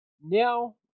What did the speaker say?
now